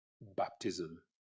baptism